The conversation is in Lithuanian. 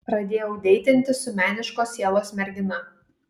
pradėjau deitinti su meniškos sielos mergina